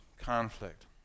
Conflict